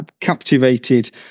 captivated